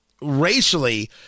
racially